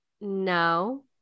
No